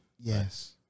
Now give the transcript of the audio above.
Yes